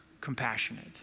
compassionate